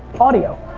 audio,